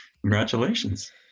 congratulations